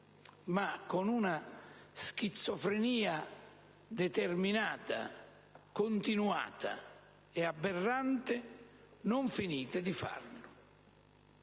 e, con una schizofrenia determinata, continuata e aberrante, non finite di farlo.